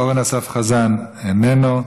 אורן אסף חזן, איננו,